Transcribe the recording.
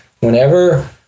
whenever